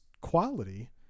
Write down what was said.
quality